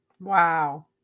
wow